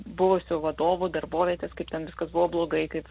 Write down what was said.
buvusio vadovo darbovietės kaip ten viskas buvo blogai kaip